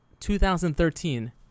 2013